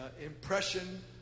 impression